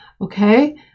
okay